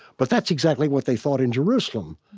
but that's exactly what they thought in jerusalem.